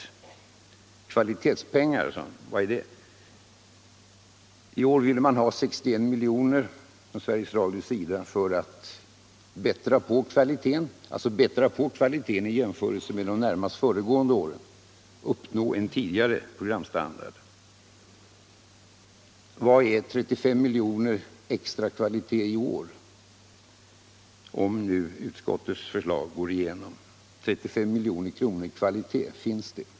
Vad är kvalitetspengar? frågade han. I år vill Sveriges Radio ha 61 milj.kr. för att bättra på kvaliteten i jämförelse med närmast föregående år och uppnå en tidigare programstandard. Vad är 35 milj.kr. extra kvalitet i år, om nu utskottets förslag går igenom? 35 milj.kr. kvalitet — finns det?